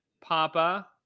Papa